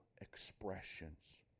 expressions